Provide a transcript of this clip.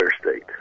state